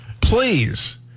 please